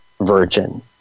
virgin